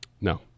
no